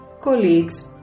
colleagues